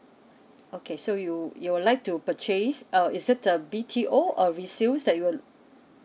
okay so you would you would like to purchase um it's a B_T_O or resale that you would